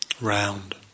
round